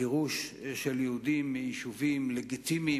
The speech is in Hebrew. גירוש של יהודים מיישובים לגיטימיים.